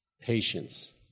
patience